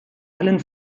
allen